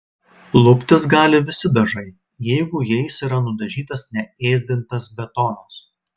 luptis gali visi dažai jeigu jais yra nudažytas neėsdintas betonas